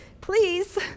please